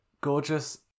gorgeous